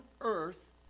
earth